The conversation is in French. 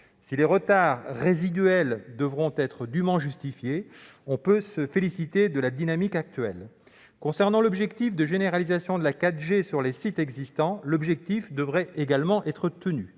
Les retards résiduels devront être dûment justifiés, mais on peut se féliciter globalement de la dynamique actuelle. Concernant l'objectif de généralisation de la 4G sur les sites existants, l'objectif devrait également être tenu.